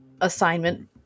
assignment